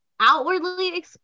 outwardly